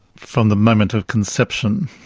from the moment of conception,